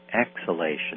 exhalation